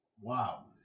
wow